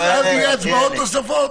ואז יהיו הצבעות נוספות.